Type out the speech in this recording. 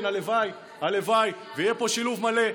כן, הלוואי, הלוואי שיהיה פה שילוב מלא.